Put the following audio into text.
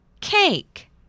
Cake